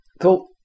Cool